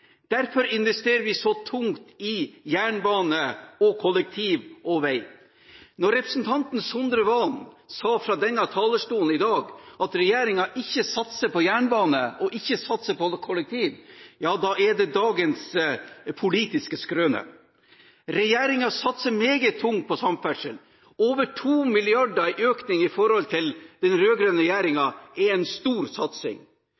Derfor investerer vi så tungt i jernbane, kollektivtrafikk og vei. Når representanten Snorre Serigstad Valen sa fra denne talerstolen i dag at regjeringen ikke satser på jernbane og ikke satser på kollektivtrafikk, er det dagens politiske skrøne. Regjeringen satser meget tungt på samferdsel. Over 2 mrd. kr i økning i forhold den rød-grønne regjeringen er en stor satsing.